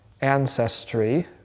ancestry